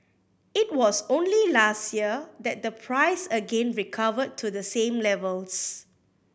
it was only last year that the price again recovered to the same levels